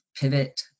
pivot